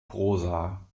prosa